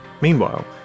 Meanwhile